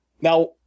Now